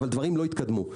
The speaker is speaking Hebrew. אבל דברים לא התקדמו.